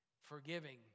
forgiving